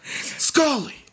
Scully